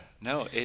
no